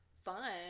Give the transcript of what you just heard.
fun